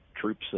troops